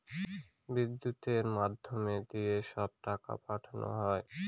বিদ্যুতের মাধ্যম দিয়ে সব টাকা পাঠানো হয়